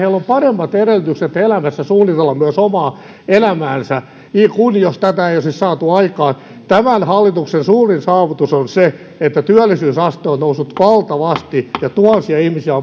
heillä on paremmat edellytykset elämässä suunnitella myös omaa elämäänsä kuin jos tätä ei olisi saatu aikaan tämän hallituksen suurin saavutus on se että työllisyysaste on noussut valtavasti ja kymmeniätuhansia ihmisiä